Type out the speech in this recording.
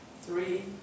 three